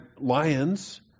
lions